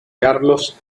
carlos